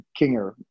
Kinger